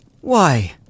Why